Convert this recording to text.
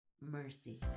mercy